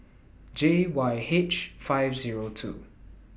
J Y H five Zero two